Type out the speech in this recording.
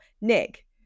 Nick